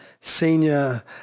senior